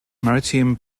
maritime